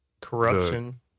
corruption